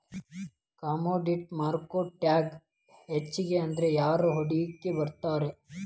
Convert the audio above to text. Commodity ಮಾರ್ಕೆಟ್ನ್ಯಾಗ್ ಹೆಚ್ಗಿಅಂದ್ರ ಯಾರ್ ಹೂಡ್ಕಿ ಮಾಡ್ತಾರ?